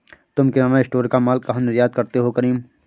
तुम किराना स्टोर का मॉल कहा निर्यात करते हो करीम?